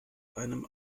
einem